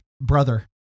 brother